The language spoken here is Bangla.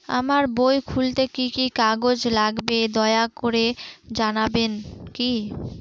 আমার বই খুলতে কি কি কাগজ লাগবে দয়া করে জানাবেন কি?